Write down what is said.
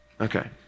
Okay